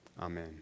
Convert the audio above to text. Amen